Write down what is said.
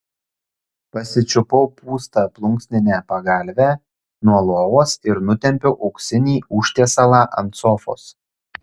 pasičiupau pūstą plunksninę pagalvę nuo lovos ir nutempiau auksinį užtiesalą ant sofos